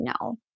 no